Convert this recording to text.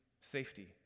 safety